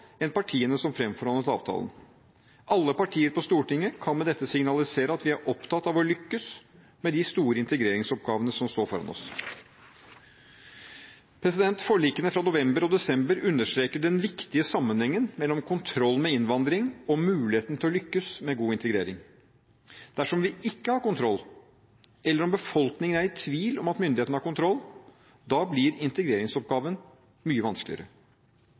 enn partiene som fremforhandlet avtalen. Alle partier på Stortinget kan med dette signalisere at vi er opptatt av å lykkes med de store integreringsoppgavene som står foran oss. Forlikene fra november og desember understreker den viktige sammenhengen mellom kontroll med innvandring og muligheten til å lykkes med god integrering. Dersom vi ikke har kontroll, eller om befolkningen er i tvil om at myndighetene har kontroll, blir integreringsoppgaven mye vanskeligere.